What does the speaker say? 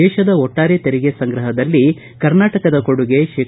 ದೇಶದ ಒಟ್ಸಾರೆ ತೆರಿಗೆ ಸಂಗ್ರಹದಲ್ಲಿ ಕರ್ನಾಟಕದ ಕೊಡುಗೆ ಶೇ